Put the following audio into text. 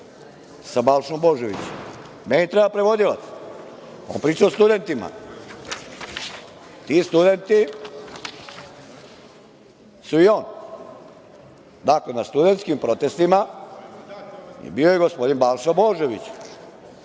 sa Balšom Božovićem. Meni treba prevodilac. On priča o studentima. Ti studenti su i on. Dakle, na studentskim protestima je bio Balša Božović.